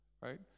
right